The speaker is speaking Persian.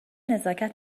نزاکت